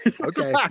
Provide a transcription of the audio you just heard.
Okay